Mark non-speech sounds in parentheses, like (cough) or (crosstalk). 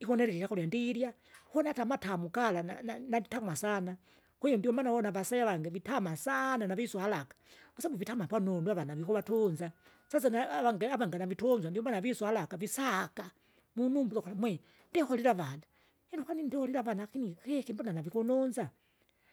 Ikuneleka ikyakurya ndirya, kune hata amatamu gala na- na- nanditamwa, kwahiyo ndio maana wona avaselange vitama sana navisu haraka, kwasabu vitama panunu avana vikuvatunza, (noise) sasa ne avange avange navitunzwa ndiomana visya haraka visaaka, munumbula ukuti mwe ndio kolile avanda, linu kwanini ndiolile avana akini kiki mbona navikununz,